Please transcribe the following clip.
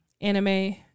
anime